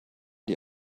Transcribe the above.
die